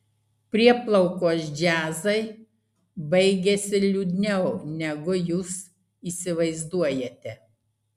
prieplaukos džiazai baigiasi liūdniau negu jūs įsivaizduojate